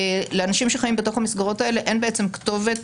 לאנשים שחיים בתוך המסגרות האלה אין בעצם כתובת